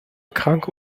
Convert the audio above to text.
kranke